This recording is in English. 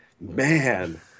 man